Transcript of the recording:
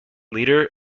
leader